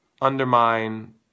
undermine